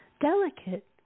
delicate